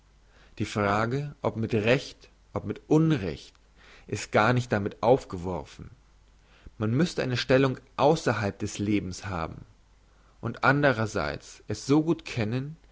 die frage ob mit recht ob mit unrecht ist gar nicht damit aufgeworfen man müsste eine stellung ausserhalb des lebens haben und andrerseits es so gut kennen